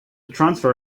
transfer